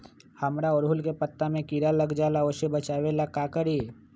हमरा ओरहुल के पत्ता में किरा लग जाला वो से बचाबे ला का करी?